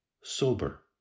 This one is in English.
sober